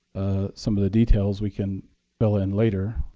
some of the details, we can build in later.